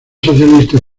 socialista